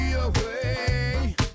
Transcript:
away